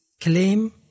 claim